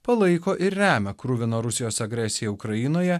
palaiko ir remia kruviną rusijos agresiją ukrainoje